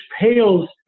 pales